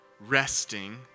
resting